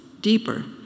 deeper